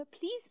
please